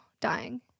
dying